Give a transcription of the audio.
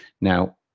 now